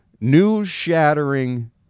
news-shattering